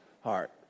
heart